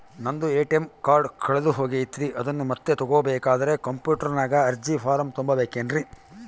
ನಂದು ATM card ಕಳೆದು ಹೋಗೈತ್ರಿ ಅದನ್ನು ಮತ್ತೆ ತಗೋಬೇಕಾದರೆ ಕಂಪ್ಯೂಟರ್ ನಾಗ ಅರ್ಜಿ ಫಾರಂ ತುಂಬಬೇಕನ್ರಿ?